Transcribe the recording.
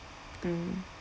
mm